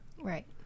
Right